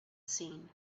seen